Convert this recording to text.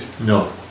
No